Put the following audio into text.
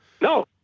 No